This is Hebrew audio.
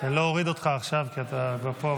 אני לא אוריד אותך עכשיו כי אתה כבר פה,